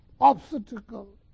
obstacle